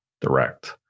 direct